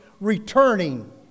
returning